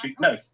no